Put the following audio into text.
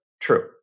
true